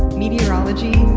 meteorite,